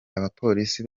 abapolisi